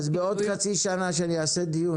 אז בעוד חצי שנה כשאני אעשה דיון,